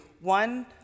one